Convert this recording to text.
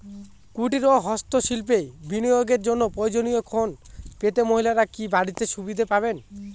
কুটীর ও হস্ত শিল্পে বিনিয়োগের জন্য প্রয়োজনীয় ঋণ পেতে মহিলারা কি বাড়তি সুবিধে পাবেন?